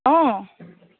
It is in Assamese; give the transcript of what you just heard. অঁ